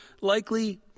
Likely